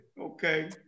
Okay